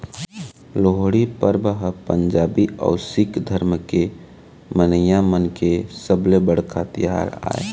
लोहड़ी परब ह पंजाबी अउ सिक्ख धरम के मनइया मन के सबले बड़का तिहार आय